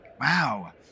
Wow